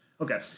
Okay